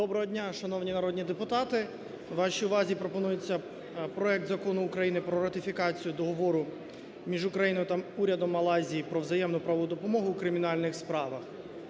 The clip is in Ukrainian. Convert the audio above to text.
Доброго дня, шановні народні депутати! Вашій увазі пропонується проект Закону України про ратифікацію Договору між Україною та урядом Малайзії про взаємну правову допомогу у кримінальних справах.